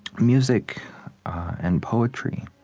music and poetry,